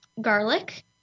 garlic